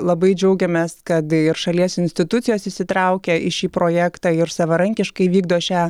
labai džiaugiamės kad ir šalies institucijos įsitraukia į šį projektą ir savarankiškai vykdo šią